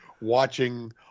Watching